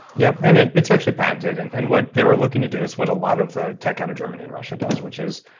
yeah and and it's actually patented. and and what they were looking to do is what a lot of the tech out of germany and russia does, which is,